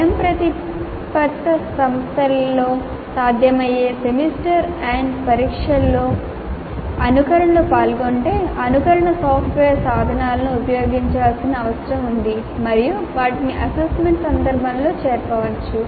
స్వయంప్రతిపత్త సంస్థలలో సాధ్యమయ్యే సెమిస్టర్ ఎండ్ పరీక్షలలో అనుకరణలు పాల్గొంటే అనుకరణ సాఫ్ట్వేర్ సాధనాలను ఉపయోగించాల్సిన అవసరం ఉంది మరియు వాటిని అసెస్మెంట్ సందర్భంలో చేర్చవచ్చు